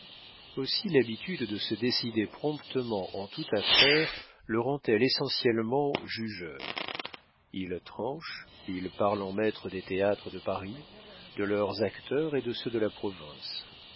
aussi l'habitude de se décider promptement en toute affaire le rend elle essentiellement jugeur il tranche il parle en maître des théâtres de paris de leurs acteurs et de ceux de la province